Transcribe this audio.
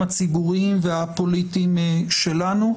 הציבוריים והפוליטיים שלנו.